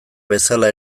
bezala